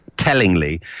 Tellingly